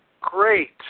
great